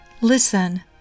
Listen